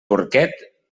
porquet